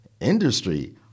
industry